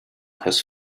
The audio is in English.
has